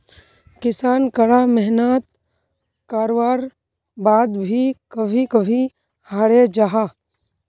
किसान करा मेहनात कारवार बाद भी कभी कभी हारे जाहा